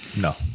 no